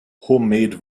homemade